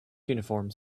uniforms